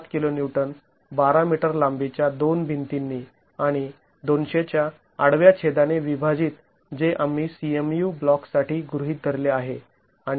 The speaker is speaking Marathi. ७ kN १२ मीटर लांबी च्या २ भिंतींनी आणि २०० च्या आडव्या छेदाने विभाजित जे आम्ही CMU ब्लॉक्स् साठी गृहीत धरले आहे